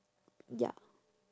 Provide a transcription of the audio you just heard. ya